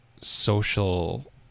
social